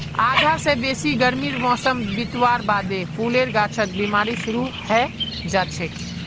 आधा स बेसी गर्मीर मौसम बितवार बादे फूलेर गाछत बिमारी शुरू हैं जाछेक